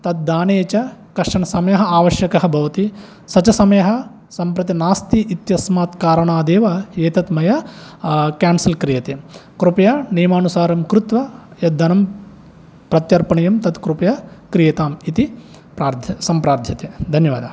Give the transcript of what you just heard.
तद्दाने च कश्चन समयः आवश्यकः भवति स च समयः सम्प्रति नास्ति इत्यस्मात् कारणादेव एतद् मया केन्सल् क्रियते कृपया नियमानुसारं कृत्वा यद्धनं प्रत्यर्पणीयं तत् कृपया क्रियताम् इति प्रार्थ् सम्प्रार्थ्यते धन्यवादः